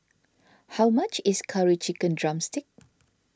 how much is Curry Chicken Drumstick